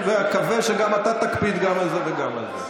ואקווה שגם אתה תקפיד גם על זה וגם על זה.